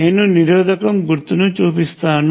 నేను నిరోధకం గుర్తును చూపిస్తాను